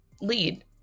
lead